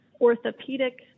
orthopedic